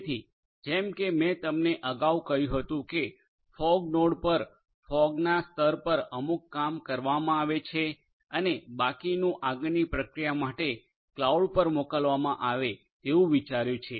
જેથી જેમ કે મેં તમને અગાઉ કહ્યું હતું કે ફોગ નોડ પર ફોગના સ્તર પર અમુક કામ કરવામાં આવે છે અને બાકીનું આગળની પ્રક્રિયા માટે ક્લાઉડ પર મોકલવામાં આવે તેવું વિચાર્યું છે